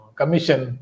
commission